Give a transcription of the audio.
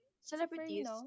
Celebrities